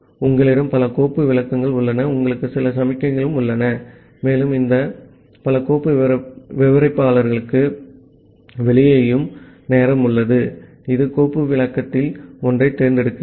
ஆகவே உங்களிடம் பல கோப்பு விளக்கங்கள் உள்ளன உங்களுக்கு சில சமிக்ஞைகள் உள்ளன மேலும் இந்த பல கோப்பு விவரிப்பாளருக்கு வெளியேயும் வெளியேயும் நேரம் உள்ளது இது கோப்பு விளக்கத்தில் ஒன்றைத் தேர்ந்தெடுக்கிறது